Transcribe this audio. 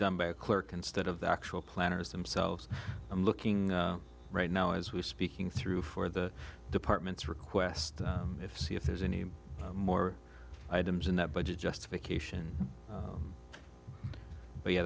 done by a clerk instead of the actual planners themselves i'm looking right now as we're speaking through for the department's request if see if there's any more items in that budget justification but y